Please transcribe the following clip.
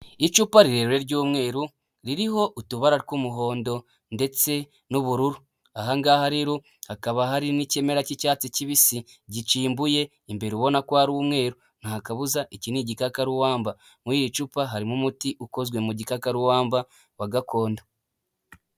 Icupa rirerire ry'umweru ririho utubara tw'umuhondo ndetse n'ubururu, ahangaha rero hakaba hari n'ikimera k'icyatsi kibisi gicimbuye imbere ubona ko hari umweru, nta kabuza iki ni igikakarubamba, muri iri cupa harimo umuti ukozwe mu gikakarubamba gakondo.